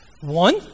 One